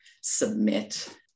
submit